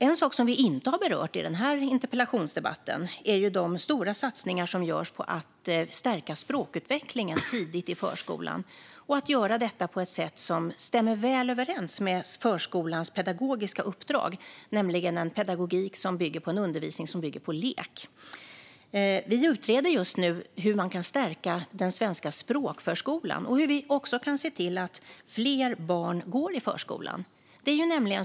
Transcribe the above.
En sak som vi inte har berört i den här interpellationsdebatten är de stora satsningar som görs på att stärka språkutvecklingen tidigt i förskolan och att göra detta på ett sätt som stämmer väl överens med förskolans pedagogiska uppdrag, nämligen en pedagogik som bygger på en undervisning som bygger på lek. Vi utreder just nu hur man kan stärka den svenska språkförskolan och hur vi också kan se till att fler barn går i förskolan.